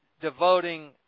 devoting